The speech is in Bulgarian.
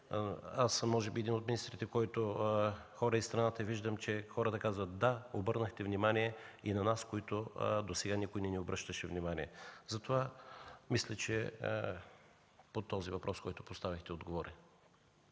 аз съм може би един от министрите, които ходят из страната. Виждам, че хората казват: да, обърнахте внимание и на нас, на които досега никой не обръщаше внимание. Затова мисля, че по този въпрос, който поставихте, отговорих.